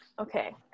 Okay